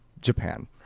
Japan